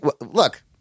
look